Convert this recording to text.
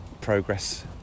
progress